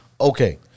Okay